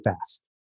fast